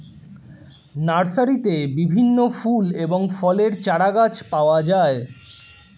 নার্সারিতে বিভিন্ন ফুল এবং ফলের চারাগাছ পাওয়া যায়